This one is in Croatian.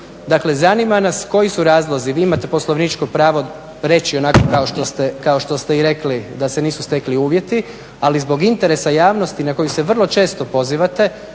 Dakle, zanima nas koji su razlozi, vi imate poslovničko pravo reći onako kao što ste i rekli da se nisu stekli uvjeti. Ali zbog interesa javnosti na koji se vrlo često pozivate